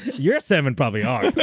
your salmon probably are.